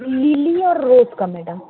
lily और rose का madam